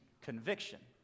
conviction